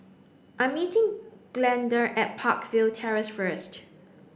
I'm meeting Glenda at Peakville Terrace first